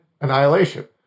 annihilation